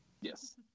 Yes